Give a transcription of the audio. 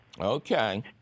okay